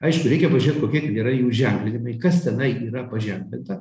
aišku reikia pažiūrėt kokie ten yra jų ženklinimai kas tenai yra paženklinta